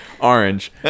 Orange